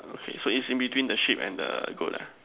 okay so it's in between the sheep and the goat lah